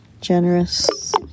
generous